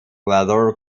weather